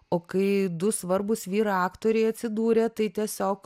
o kai du svarbūs vyrai aktoriai atsidūrė tai tiesiog